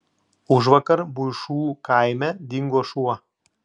užvakar buišų kaime dingo šuo